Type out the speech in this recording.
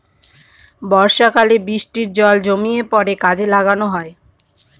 বর্ষাকালে বৃষ্টির জল জমিয়ে পরে কাজে লাগানো হয়